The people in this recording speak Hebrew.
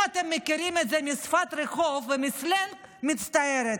אם אתם מכירים את זה משפת רחוב ומסלנג, מצטערת.